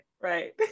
Right